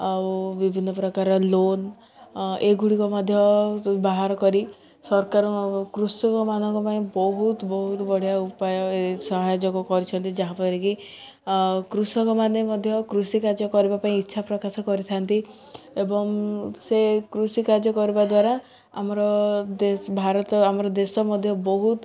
ଆଉ ବିଭିନ୍ନ ପ୍ରକାର ଲୋନ୍ ଏଗୁଡ଼ିକ ମଧ୍ୟ ବାହାର କରି ସରକାର କୃଷକମାନଙ୍କ ପାଇଁ ବହୁତ ବହୁତ ବଢ଼ିଆ ଉପାୟ ସାହାଯ୍ୟ କରିଛନ୍ତି ଯାହାଫଳରେକି କୃଷକମାନେ ମଧ୍ୟ କୃଷି କାର୍ଯ୍ୟ କରିବା ପାଇଁ ଇଚ୍ଛା ପ୍ରକାଶ କରିଥାନ୍ତି ଏବଂ ସେ କୃଷି କାର୍ଯ୍ୟ କରିବା ଦ୍ୱାରା ଆମର ଭାରତ ଆମର ଦେଶ ମଧ୍ୟ ବହୁତ